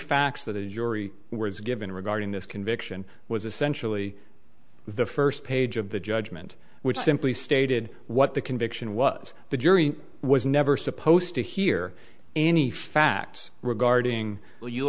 facts that yuri was given regarding this conviction was essentially the first page of the judgment which simply stated what the conviction was the jury was never supposed to hear any facts regarding